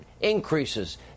increases